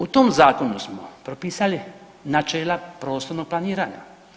U tom zakonu smo propisali načela prostornog planiranja.